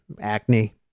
Acne